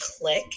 click